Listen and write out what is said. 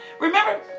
Remember